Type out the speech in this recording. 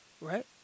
right